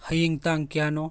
ꯍꯌꯦꯡ ꯇꯥꯡ ꯀꯌꯥꯅꯣ